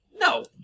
No